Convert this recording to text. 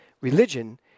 Religion